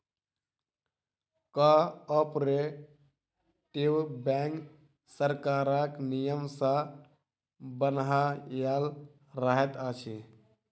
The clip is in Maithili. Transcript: कोऔपरेटिव बैंक सरकारक नियम सॅ बन्हायल रहैत अछि